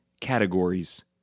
categories